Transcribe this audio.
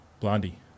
Blondie